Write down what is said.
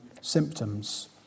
symptoms